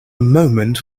moment